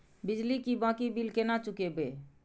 बिजली की बाकी बील केना चूकेबे?